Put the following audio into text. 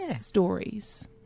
stories